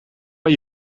bij